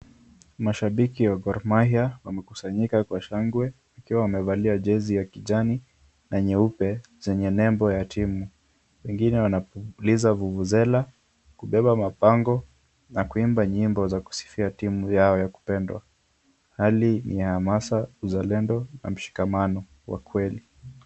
Mashabiki wa Gor Mahia wamekusanyika kwa shangwe wakiwa wamevalia jezi ya kijani na nyeupe zenye nembo ya timu. Wengine wanapuliza vuvuzela, wamebeba mabango na kuimba nyimbo za kusifia timu yao ya kupendwa. Hali ni ya hamasaa ya uzalendo na ushikamano ya ukweli.